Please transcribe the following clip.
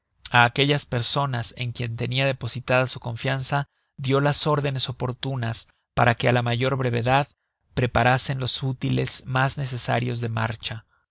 a aquellas personas en quien tenia depositada su confianza dió las órdenes oportunas para que á la mayor brevedad preparasen los